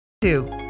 Two